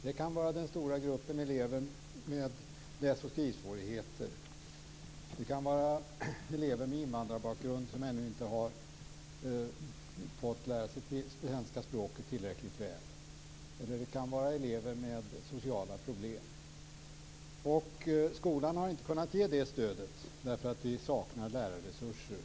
Det kan vara den stora gruppen elever med läs och skrivsvårigheter. Det kan vara elever med invandrarbakgrund som ännu inte har fått lära sig svenska språket tillräckligt väl. Det kan också vara elever med sociala problem. Skolan har inte kunnat ge det stödet därför att vi saknar lärarresurser.